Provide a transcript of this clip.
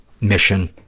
mission